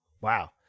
wow